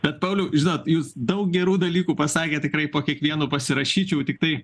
bet pauliau žinot jūs daug gerų dalykų pasakėt tikrai po kiekvienu pasirašyčiau tiktai